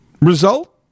result